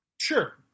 Sure